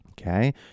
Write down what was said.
Okay